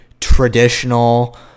traditional